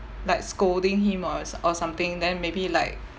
like scolding him or like or something then maybe like